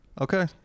Okay